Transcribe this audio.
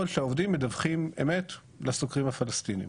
שהעובדים מדווחים אמת לסוקרים הפלסטינים.